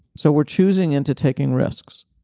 so we're choosing into taking risks,